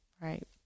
right